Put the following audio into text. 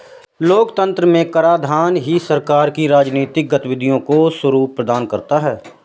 लोकतंत्र में कराधान ही सरकार की राजनीतिक गतिविधियों को स्वरूप प्रदान करता है